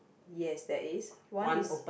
yes there is one is